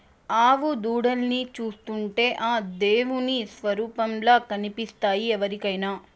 ఆవు దూడల్ని చూస్తుంటే ఆ దేవుని స్వరుపంలా అనిపిస్తాయి ఎవరికైనా